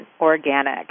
organic